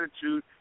attitude